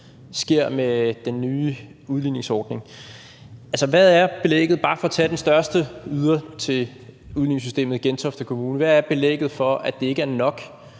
sker med den nye udligningsordning. Hvad er belægget for – bare for at tage den største yder til udligningssystemet, nemlig Gentofte Kommune – at det ikke er nok,